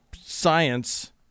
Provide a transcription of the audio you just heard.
science